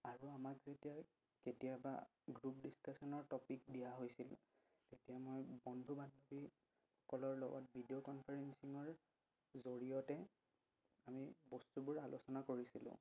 আৰু আমাক যেতিয়া কেতিয়াবা গ্ৰুপ ডিছকাশ্যনৰ টপিক দিয়া হৈছিল তেতিয়া মই বন্ধু বান্ধৱীসকলৰ লগত ভিডিঅ' কনফাৰেঞ্চিঙৰ জৰিয়তে আমি বস্তুবোৰ আলোচনা কৰিছিলোঁ